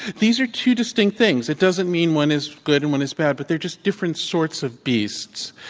these are two distinct things. it doesn't mean one is good and one is bad, but they're just different sorts of beasts.